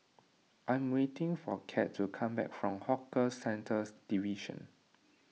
I am waiting for Kate to come back from Hawker Centres Division